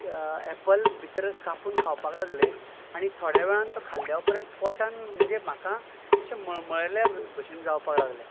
Apple भितर कापून खावपाक लागले आनी थोड्या वेळान तो खाल्ल्या उपरांत पोटान म्हणजे म्हाका अशें मळमळ्ळ्या भशेन जावपाक लागलें